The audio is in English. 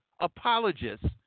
apologists